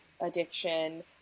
addiction